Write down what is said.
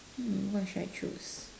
hmm what should I choose